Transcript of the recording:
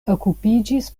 okupiĝis